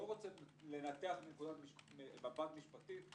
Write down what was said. לא רוצה לנתח מנקודת מבט משפטית.